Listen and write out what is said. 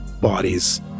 Bodies